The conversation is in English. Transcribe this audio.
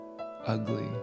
Ugly